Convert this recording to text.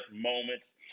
moments